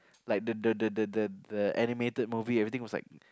like the the the the the the animated movie everything was like